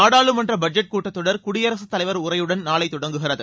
நாடாளுமன்ற பட்ஜெட் கூட்டத்தொடர் குடியரசுத்தலைவர் உரையுடன் நாளை தொடங்குகிறது